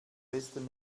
besten